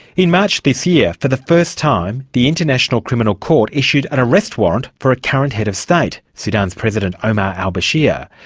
in march this year, for the first time, the international criminal court issued an arrest warrant for a current head of state, sudan's president omar al bashir.